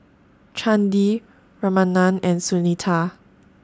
Chandi Ramanand and Sunita